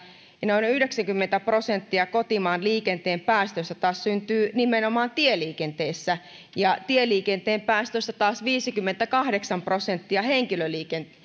ja noin yhdeksänkymmentä prosenttia kotimaan liikenteen päästöistä taas syntyy nimenomaan tieliikenteessä ja tieliikenteen päästöistä taas viisikymmentäkahdeksan prosenttia